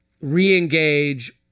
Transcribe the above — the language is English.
re-engage